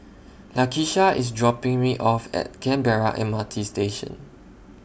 Lakisha IS dropping Me off At Canberra M R T Station